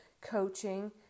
coaching